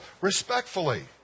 respectfully